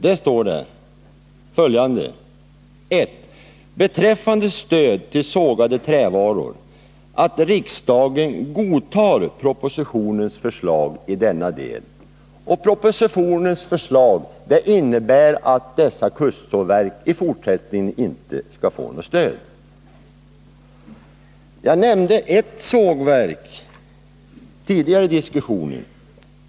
Där står bl.a. följande: a. godtar propositionens förslag i denna del”. — Propositionens förslag innebär att dessa kustsågverk i fortsättningen inte skall få något stöd. Jag nämnde ett sågverk tidigare i diskussionen.